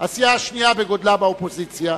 הסיעה השנייה בגודלה באופוזיציה,